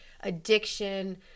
addiction